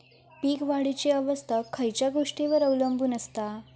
पीक वाढीची अवस्था खयच्या गोष्टींवर अवलंबून असता?